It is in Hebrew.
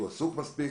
הוא עסוק מספיק.